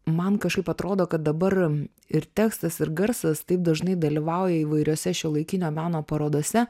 man kažkaip atrodo kad dabar ir tekstas ir garsas taip dažnai dalyvauja įvairiose šiuolaikinio meno parodose